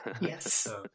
Yes